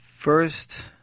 First